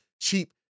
cheap